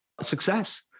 success